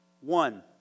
One